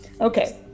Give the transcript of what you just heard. Okay